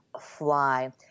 fly